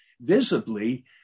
visibly